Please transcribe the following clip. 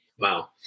Wow